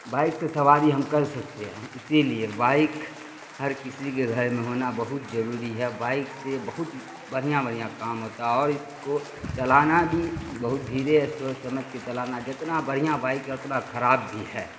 bike سے سواری ہم کر سکتے ہیں اسی لیے بائک ہر کسی کے گھر میں ہونا بہت ضروری ہے اور بائک سے بہت بڑھیاں بڑھیاں کام ہوتا ہے اور اس کو چلانا بھی بہت دھیرے سوچ سمجھ کے چلانا جتنا بڑھیاں بائک ہے اتنا خراب بھی ہے